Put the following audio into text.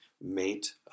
mate